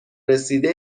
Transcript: رسیده